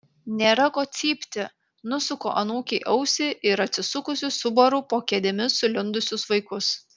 nėra ko cypti nusuku anūkei ausį ir atsisukusi subaru po kėdėmis sulindusius vaikus